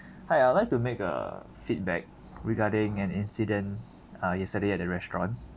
hi I'll like to make a feedback regarding an incident uh yesterday at the restaurant